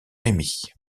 remy